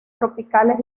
tropicales